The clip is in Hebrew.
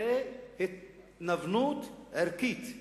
זאת התנוונות ערכית,